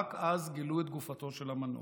ורק אז גילו את גופתו את המנוח.